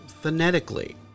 phonetically